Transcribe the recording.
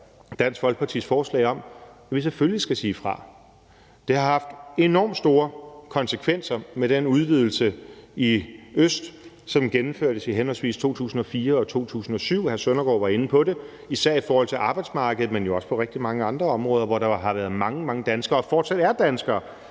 Dansk Folkepartis forslag om, at vi selvfølgelig skal sige fra. Det har haft enormt store konsekvenser med den udvidelse i øst, som gennemførtes i henholdsvis 2004 og 2007 – hr. Søren Søndergaard var inde på det – især i forhold til arbejdsmarkedet, men også på rigtig mange andre områder, hvor der har været mange, mange danskere, og hvor der fortsat er danskere,